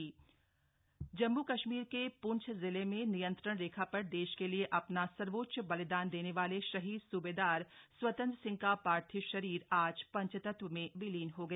शहीद अंतिम विदाई जम्म् कश्मीर के प्रंछ जिले में नियंत्रण रेखा पर देश के लिए अपना सर्वोच्च बलिदान देने वाले शहीद सूबेदार स्वतन्त्र सिंह का पार्थिव शरीर आज पंचतत्व में विलीन हो गया